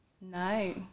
No